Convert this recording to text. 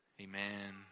Amen